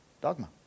dogma